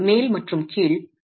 சுவரின் மேல் மற்றும் கீழ்